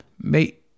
Mate